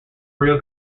real